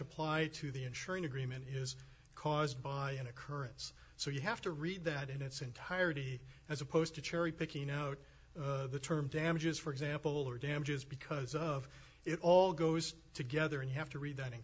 apply to the ensuring agreement is caused by an occurrence so you have to read that in its entirety as opposed to cherry picking out the term damages for example or damages because of it all goes together and you have to read that in